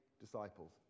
disciples